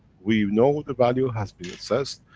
we know the value has been assessed,